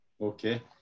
Okay